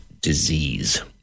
disease